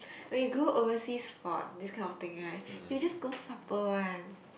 when you go overseas for this kind of thing right you will just go supper one